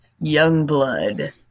Youngblood